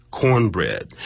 Cornbread